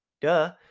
Duh